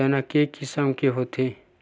चना के किसम के होथे?